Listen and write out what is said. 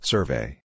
Survey